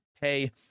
pay